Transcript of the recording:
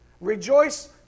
Rejoice